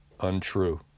untrue